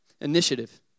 initiative